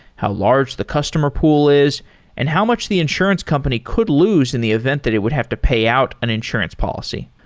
how large the customer pool is and how much the insurance company could lose in the event that it would have to pay out an insurance policy.